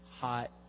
hot